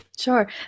Sure